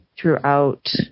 throughout